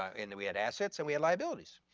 and we had assets and we had liabilities.